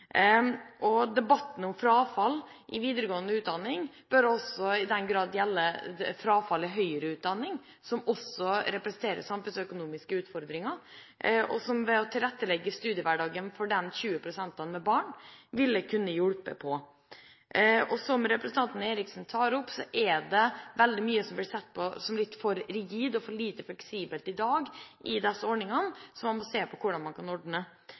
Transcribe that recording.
Debatten om frafall i videregående utdanning bør også gjelde frafall i høyere utdanning, som også representerer samfunnsøkonomiske utfordringer, og som man ved å tilrettelegge studiehverdagen for de 20 prosentene med barn, kunne hjulpet. Som representanten Eriksen tar opp, er det veldig mye som blir sett på som litt for rigid og for lite fleksibelt i disse ordningene i dag. Man må se på hvordan man kan ordne